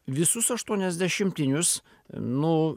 visus aštuoniasdešimtinius nu